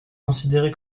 considérée